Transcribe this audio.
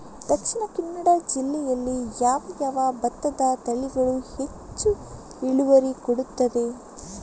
ದ.ಕ ಜಿಲ್ಲೆಯಲ್ಲಿ ಯಾವ ಯಾವ ಭತ್ತದ ತಳಿಗಳು ಹೆಚ್ಚು ಇಳುವರಿ ಕೊಡುತ್ತದೆ?